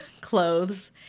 clothes